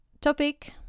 topic